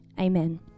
Amen